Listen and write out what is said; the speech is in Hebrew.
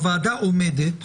הוועדה עומדת